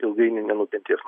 ilgainiui nenukentės